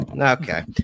Okay